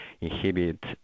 inhibit